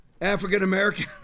African-American